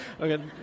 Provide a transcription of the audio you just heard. Okay